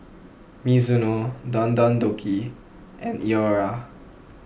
Mizuno Don Don Donki and Iora